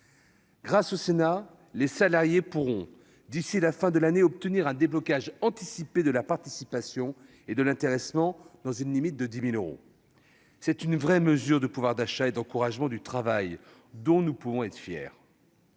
Grâce au Sénat, les salariés pourront, d'ici à la fin de l'année, obtenir un déblocage anticipé de leur participation et de leur intéressement dans une limite de 10 000 euros. Il s'agit d'une véritable mesure en faveur du pouvoir d'achat et d'encouragement du travail, dont nous pouvons être fiers.